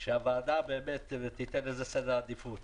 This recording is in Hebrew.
שהוועדה תיתן לזה סדר עדיפות.